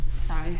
Sorry